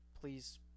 please